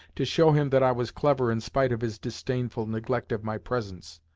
to show him that i was clever in spite of his disdainful neglect of my presence.